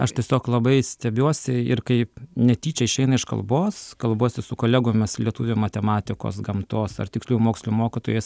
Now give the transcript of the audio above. aš tiesiog labai stebiuosi ir kai netyčia išeina iš kalbos kalbuosi su kolegomis lietuvių matematikos gamtos ar tiksliųjų mokslų mokytojais